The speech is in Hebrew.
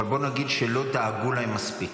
אבל בואו נגיד שלא דאגו להם מספיק.